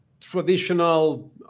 traditional